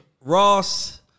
Ross